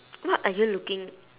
what are you looking